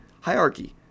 hierarchy